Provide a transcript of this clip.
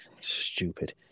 Stupid